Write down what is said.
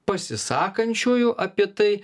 pasisakančiųjų apie tai